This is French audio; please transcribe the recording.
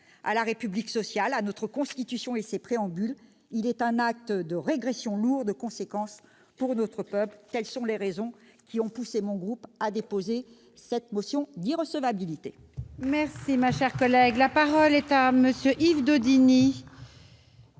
à la République sociale, à notre Constitution et à ses préambules. Il est un acte de régression lourd de conséquences pour notre peuple. Telles sont les raisons qui ont poussé mon groupe à déposer cette motion d'irrecevabilité. La parole est à M. Yves Daudigny,